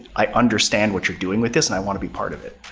i understand what you're doing with this and i want to be part of it.